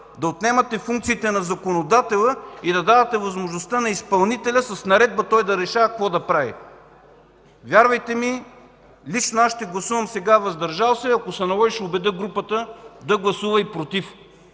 да отнемате функциите на законодателя и да давате възможността на изпълнителя с наредба да решава какво да прави. Вярвайте ми, лично аз сега ще гласувам „въздържал се”, ако се наложи, ще убедя групата да гласува и „против”.